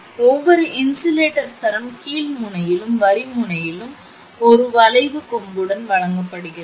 எனவே ஒவ்வொரு இன்சுலேட்டர் சரம் கீழ் முனையிலும் வரி முனையிலும் ஒரு வளைவு கொம்புடன் வழங்கப்படுகிறது